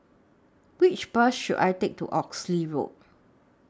Which Bus should I Take to Oxley Road